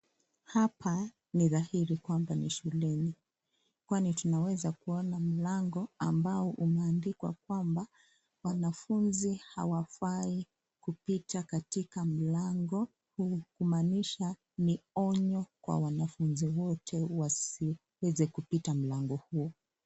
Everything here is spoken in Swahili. Hapa ni dhahiri kwamba ni shuleni kwani tunaweza kuona mlango ambao umeandikwa kwamba wanafunzi hawafai kupita katika mlango huu kumaanisha ni onyo kwa wanafunzi wote wasiweze kupita mlango huo.